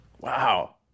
Wow